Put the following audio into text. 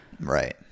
Right